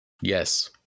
yes